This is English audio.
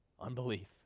unbelief